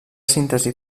síntesi